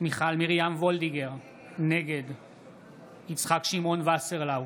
מיכל מרים וולדיגר, נגד יצחק שמעון וסרלאוף,